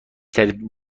ترین